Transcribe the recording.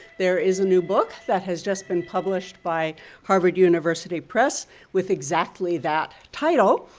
there is a new book that has just been published by harvard university press with exactly that title.